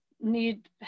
need